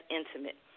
intimate